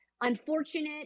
Unfortunate